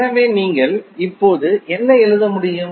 எனவே நீங்கள் இப்போது என்ன எழுத முடியும்